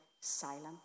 silent